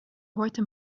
heute